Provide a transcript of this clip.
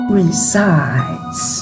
resides